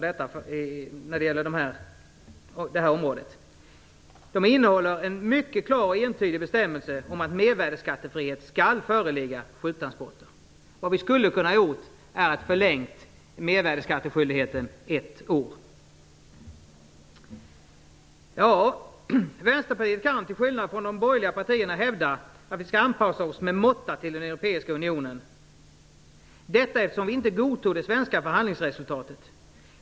De innehåller en klar och entydig bestämmelse om att mervärdesskattefrihet skall föreligga för sjuktransporter. Vad vi skulle ha kunnat göra är att förlänga mervärdesskatteskyldigheten ett år. Vänsterpartiet kan, till skillnad från de borgerliga partierna, hävda att vi skall anpassa oss med måtta till den europeiska unionen - detta eftersom vi inte godtog det svenska förhandlingsresultatet.